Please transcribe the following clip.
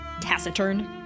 taciturn